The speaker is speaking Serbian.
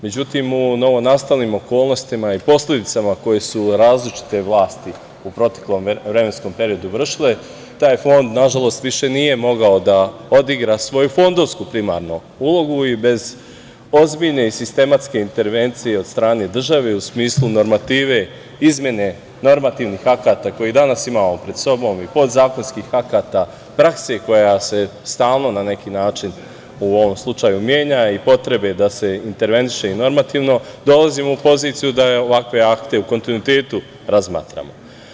Međutim, u novonastalim okolnostima i posledicama koje su različite vlasti u proteklom vremenskom periodu vršile taj Fond nažalost više nije mogao da odigra svoju fondovsku primarnu ulogu i bez ozbiljne i sistematske intervencije od strane države u smislu normative, izmene normativnih akata koje danas imamo pred sobom i podzakonskih akata, prakse koja se stalno na neki način u ovom slučaju menja i potrebe da se interveniše i normativno dolazimo u poziciju da ovakve akte u kontinuitetu razmatramo.